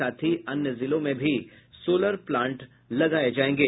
साथ ही अन्य जिलों में भी सोलर प्लांट लगाये जायेंगे